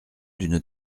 d’une